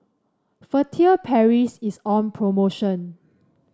Furtere Paris is on promotion